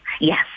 yes